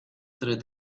tres